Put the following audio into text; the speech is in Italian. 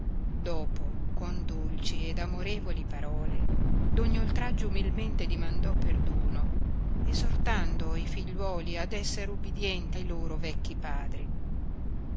dopo con dolci ed amorevoli parole d'ogni oltraggio umilmente dimandò perdono essortando i figliuoli ad esser ubidienti a i loro vecchi padri